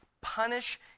punish